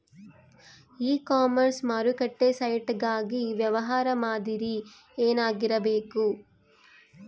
E commerce ಮಾರುಕಟ್ಟೆ site ಗಾಗಿ ವ್ಯವಹಾರ ಮಾದರಿ ಏನಾಗಿರಬೇಕು?